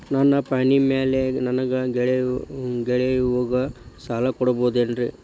ನನ್ನ ಪಾಣಿಮ್ಯಾಲೆ ನನ್ನ ಗೆಳೆಯಗ ಸಾಲ ಕೊಡಬಹುದೇನ್ರೇ?